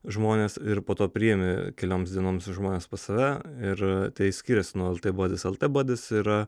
žmones ir po to priimi kelioms dienoms žmones pas save ir tai skiriasi nuo lt badis lt badis yra